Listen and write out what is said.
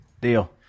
Deal